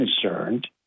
concerned